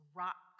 rock